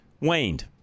waned